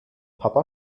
papa